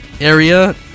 area